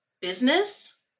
business